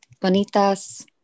Bonitas